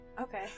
okay